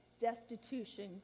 destitution